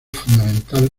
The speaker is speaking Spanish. fundamental